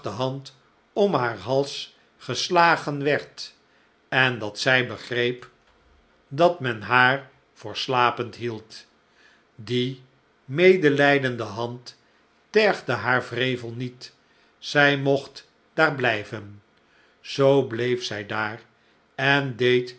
om haar hals geslagen werd en dat zij begreep dat men haar voor slapend hield die medelijdende hand tergde haar wrevel niet zij mocht daar blijven zoo bleef zij daar en deed